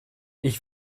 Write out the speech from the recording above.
ich